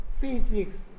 physics